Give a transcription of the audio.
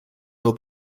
nur